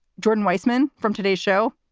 jordan weisman from today's show.